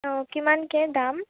অঁ কিমানকৈ দাম